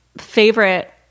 favorite